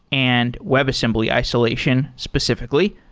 and webassembly isolation specifically.